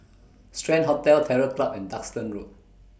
Strand Hotel Terror Club and Duxton Road